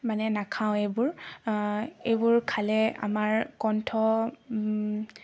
মানে নাখাওঁ এইবোৰ এইবোৰ খালে আমাৰ কণ্ঠ